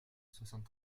soixante